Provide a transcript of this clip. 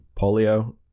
polio